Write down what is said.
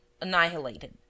annihilated